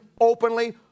openly